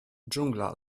dżungla